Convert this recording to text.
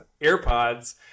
AirPods